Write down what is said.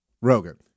Rogan